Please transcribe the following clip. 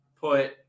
put